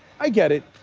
i get it,